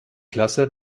klasse